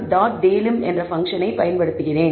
delim delim என்ற பன்க்ஷனை பயன்படுத்துகிறோம்